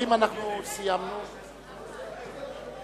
אני מבקש להודיע הודעה.